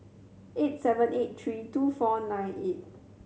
eight seven eight three two four nine eight